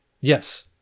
Yes